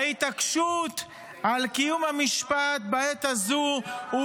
ההתעקשות על קיום המשפט בעת הזו הוא